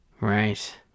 right